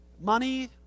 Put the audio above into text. money